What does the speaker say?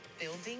building